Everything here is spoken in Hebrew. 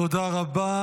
תודה רבה.